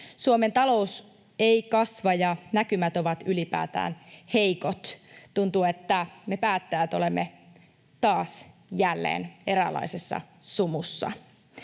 Suomen talous ei kasva, ja näkymät ovat ylipäätään heikot. Tuntuu, että me päättäjät olemme taas, jälleen, eräänlaisessa sumussa.